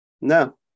no